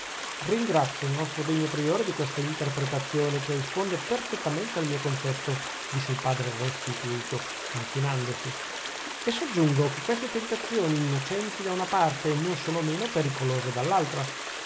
ringrazio il nostro degno priore di questa interpretazione che risponde perfettamente al mio concetto disse il padre restituto inchinandosi e soggiungo che queste tentazioni innocenti da una parte non sono meno pericolose